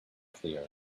clear